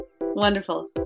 Wonderful